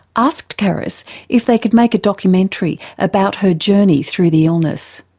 asked caris if they could make a documentary about her journey through the illness.